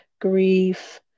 grief